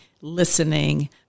listening